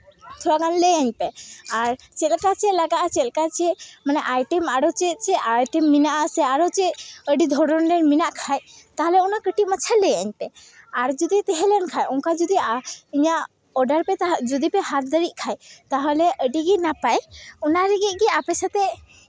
ᱛᱷᱚᱲᱟᱜᱟᱱ ᱞᱟᱹᱭᱟᱹᱧ ᱯᱮ ᱟᱨ ᱪᱮᱫ ᱞᱮᱠᱟ ᱪᱮᱫ ᱞᱟᱜᱟᱜᱼᱟ ᱪᱮᱫ ᱞᱮᱠᱟ ᱪᱮᱫ ᱢᱟᱱᱮ ᱟᱭᱴᱮᱢ ᱟᱨᱚ ᱪᱮᱫ ᱪᱮᱫ ᱟᱭᱴᱮᱢ ᱢᱮᱱᱟᱜ ᱟᱥᱮ ᱟᱨᱚ ᱪᱮᱫ ᱟᱹᱰᱤ ᱫᱷᱚᱨᱚᱱ ᱨᱮᱱ ᱢᱮᱱᱟᱜ ᱠᱷᱟᱱ ᱛᱟᱦᱚᱞᱮ ᱚᱱᱟ ᱠᱟᱹᱴᱤᱡ ᱢᱟᱪᱷᱟ ᱞᱟᱹᱭᱟᱹᱧ ᱯᱮ ᱟᱨ ᱡᱩᱫᱤ ᱛᱟᱦᱮᱸ ᱞᱮᱱᱠᱷᱟᱱ ᱚᱱᱠᱟ ᱡᱩᱫᱤ ᱤᱧᱟᱹᱜ ᱚᱰᱟᱨ ᱡᱩᱫᱤᱯᱮ ᱦᱟᱛᱟᱣ ᱫᱟᱲᱮᱭᱟᱜ ᱠᱷᱟᱱ ᱛᱟᱦᱚᱞᱮ ᱟᱹᱰᱤᱜᱮ ᱱᱟᱯᱟᱭ ᱚᱱᱟ ᱞᱟᱹᱜᱤᱫ ᱜᱮ ᱟᱯᱮ ᱥᱟᱛᱮᱜ